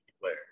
player